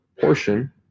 portion